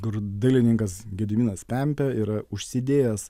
kur dailininkas gediminas pempė yra užsidėjęs